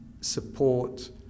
support